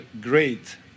great